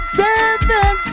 seven